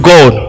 God